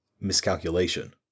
Miscalculation